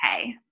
okay